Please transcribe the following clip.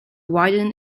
widen